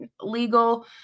legal